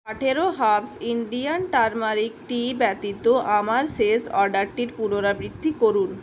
আঠারো herbs Indian turmeric টি ব্যতীত আমার শেষ অর্ডারটির পুনরাবৃত্তি করুন